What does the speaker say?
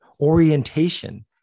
orientation